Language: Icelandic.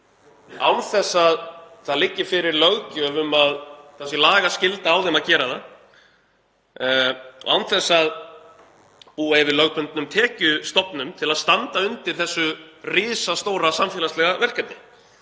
án þess að það liggi fyrir löggjöf um að það sé lagaskylda á þeim að gera það og án þess að búa yfir lögbundnum tekjustofnum til að standa undir þessu risastóra samfélagslega verkefni.